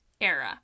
era